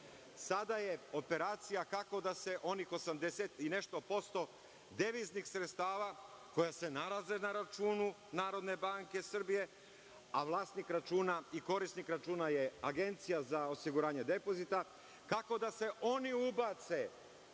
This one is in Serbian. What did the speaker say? Sada je operacija kako da se onih 80 i nešto posto, deviznih sredstava koja se nalaze na računu Narodne banke Srbije, a vlasnik računa i korisnik računa je Agencija za osiguranje depozita, kako da se oni ubace